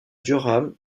durham